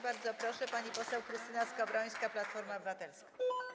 Bardzo proszę, pani poseł Krystyna Skowrońska, Platforma Obywatelska.